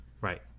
Right